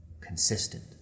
consistent